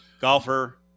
golfer